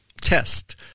test